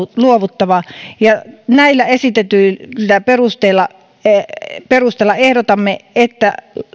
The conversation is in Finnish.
on luovuttava näillä esitetyillä perusteilla ehdotamme että